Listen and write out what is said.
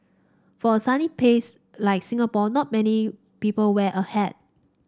for a sunny place like Singapore not many people wear a hat